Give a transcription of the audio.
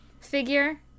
figure